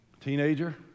Teenager